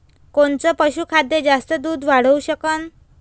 कोनचं पशुखाद्य जास्त दुध वाढवू शकन?